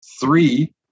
Three